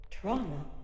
trauma